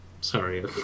sorry